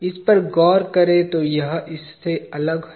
इस पर गौर करें तो यह इससे अलग है